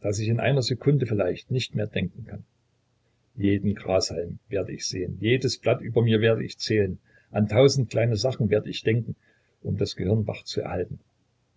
daß ich in einer sekunde vielleicht nicht mehr denken kann jeden grashalm werd ich sehen jedes blatt über mir werd ich zählen an tausend kleine sachen werd ich denken um das gehirn wach zu erhalten